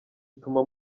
utuma